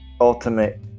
ultimate